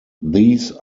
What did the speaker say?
these